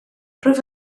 rwyf